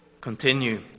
Continue